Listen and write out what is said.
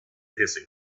hissing